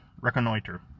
Reconnoiter